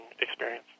experience